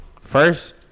First